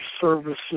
services